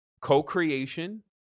Co-creation